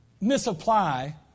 misapply